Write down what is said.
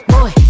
Boy